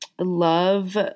love